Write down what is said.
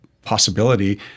possibility